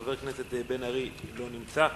חבר הכנסת בן-ארי, לא נמצא.